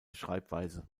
schreibweise